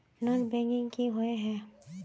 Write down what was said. Non banking किए हिये है?